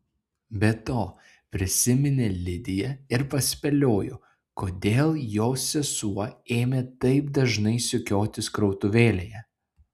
be to prisiminė lidiją ir paspėliojo kodėl jos sesuo ėmė taip dažnai sukiotis krautuvėlėje